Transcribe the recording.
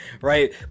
right